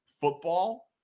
football